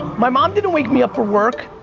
my mom didn't wake me up for work,